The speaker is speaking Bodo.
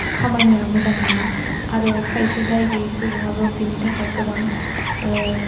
खामानिया मोजां नङा आरो खायसे दाय गैयि सुबुङाबो बिनि थाखाय गोबां